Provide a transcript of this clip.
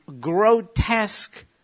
grotesque